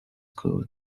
good